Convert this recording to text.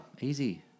easy